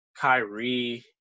Kyrie